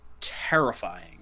terrifying